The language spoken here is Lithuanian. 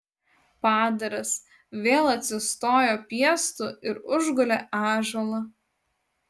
padaras vėl atsistojo piestu ir užgulė ąžuolą